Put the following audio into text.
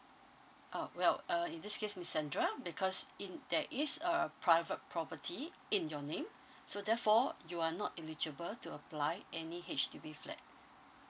uh well uh in this case miss andra because in there is a private property in your name so therefore you are not eligible to apply any H_D_B flat